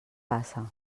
passa